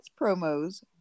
promos